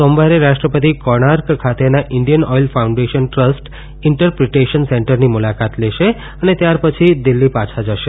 સોમવારે રાષ્ટ્રપતિ કોણાર્ક ખાતેના Indian Oil Foundation Trust interpretation સેંટરની મુલાકાત લેશે અને ત્યારપછી દિલ્ફી પાછા જશે